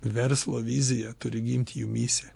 verslo vizija turi gimt jumyse